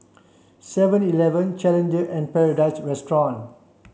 Seven Eleven Challenger and Paradise Restaurant